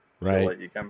Right